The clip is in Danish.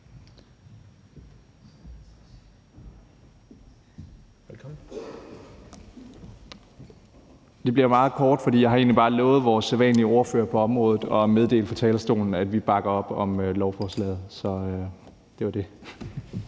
Det bliver meget kort, for jeg har egentlig bare lovet vores sædvanlige ordfører på området at meddele fra talerstolen, at vi bakker op om lovforslaget. Så det var det.